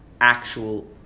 actual